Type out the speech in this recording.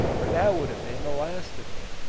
or that would have been the last of me.